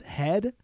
head